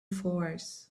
force